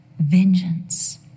vengeance